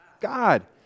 God